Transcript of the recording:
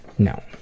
No